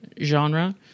genre